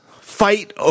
fight